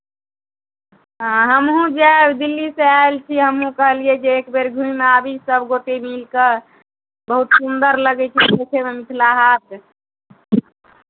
हँ हमहूँ जायब दिल्लीसँ आयल छी हमहूँ कहलियै जे एक बेर घुमि आबी सभ गोटे मिलि कऽ बहुत सुन्दर लगै छै देखयमे मिथिला हाट